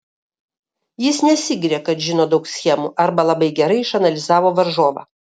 jis nesigiria kad žino daug schemų arba kad labai gerai išanalizavo varžovą